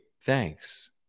Thanks